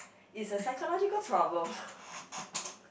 is a psychological problem